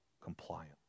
compliant